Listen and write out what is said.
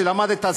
שלמדת,